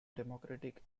democratic